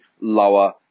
lower